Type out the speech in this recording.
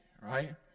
right